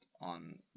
on